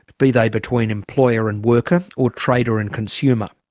be they between employer and worker or trader and consumer.